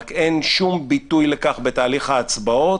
אבל אין שום ביטוי לכך בתהליך ההצבעות.